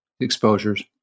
exposures